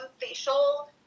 facial